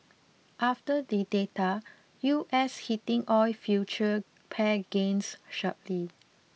after the data U S heating oil future pared gains sharply